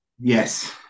Yes